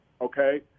okay